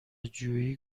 جویی